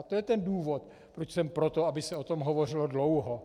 To je ten důvod, proč jsem pro to, aby se o tom hovořilo dlouho.